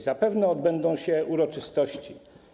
Zapewne odbędą się uroczystości.